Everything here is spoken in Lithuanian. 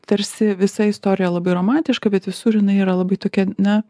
tarsi visa istorija labai romantiška bet visur jinai yra labai tokia na